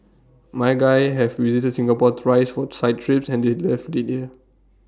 my guys have visited Singapore thrice for site trips and they loved IT here